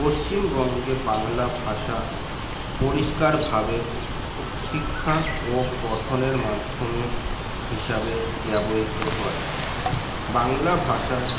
পশ্চিমবঙ্গে বাংলা ভাষা পরিষ্কারভাবে শিক্ষা ও পঠনের মাধ্যমে হিসাবে ব্যবহৃত হয় বাংলা ভাষা